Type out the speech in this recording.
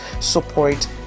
support